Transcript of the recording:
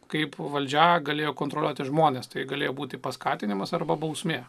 kaip valdžia galėjo kontroliuoti žmones tai galėjo būti paskatinimas arba bausmė